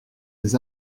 des